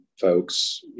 folks